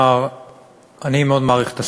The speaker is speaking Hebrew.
שמולי, אחריו, חברת הכנסת תמר זנדברג.